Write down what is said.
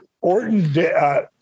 Orton